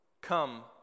come